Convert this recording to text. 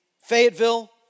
Fayetteville